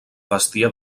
bestiar